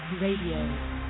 Radio